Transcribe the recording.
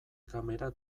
kamera